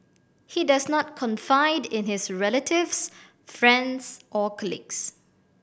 he does not confide in his relatives friends or colleagues